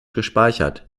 gespeichert